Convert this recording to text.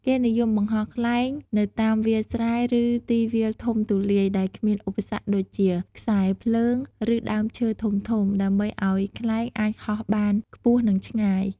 គេនិយមបង្ហោះខ្លែងនៅតាម វាលស្រែ ឬ ទីវាលធំទូលាយ ដែលគ្មានឧបសគ្គដូចជាខ្សែភ្លើង ឬដើមឈើធំៗ ដើម្បីឱ្យខ្លែងអាចហោះបានខ្ពស់ និងឆ្ងាយ។